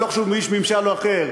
ולא חשוב אם הוא איש ממשל או אחר?